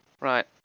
Right